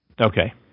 Okay